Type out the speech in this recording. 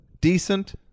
decent